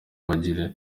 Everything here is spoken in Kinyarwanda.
bagira